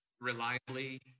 reliably